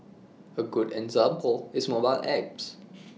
A good example is mobile apps